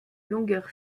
longueur